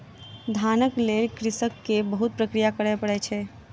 धानक लेल कृषक के बहुत प्रक्रिया करय पड़ै छै